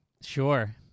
Sure